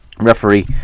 referee